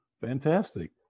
fantastic